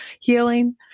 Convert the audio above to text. healing